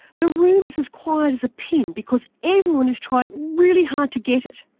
the room is as quiet as a pin because everyone is trying really hard to get it.